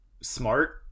smart